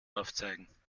aufzeigen